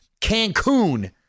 Cancun